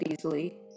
easily